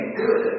good